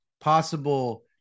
possible